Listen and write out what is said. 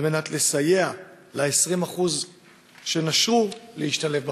כדי לסייע ל-20% שנשרו להשתלב במשק?